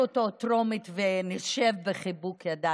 אצל משה כחלון, אני חייב להגיד,